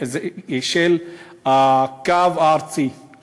הקו הארצי,